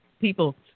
people